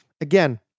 again